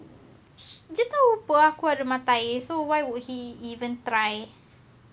dia tahu [pe] aku ada mata air so why would he even try